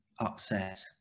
upset